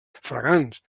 fragants